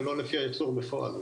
אבל לא לפי הייצור בפועל,